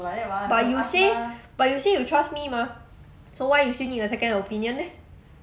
but you say but you say you trust me mah so why you still need a second opinion eh